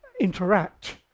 interact